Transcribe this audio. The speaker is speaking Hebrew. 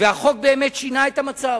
החוק באמת שינה את המצב.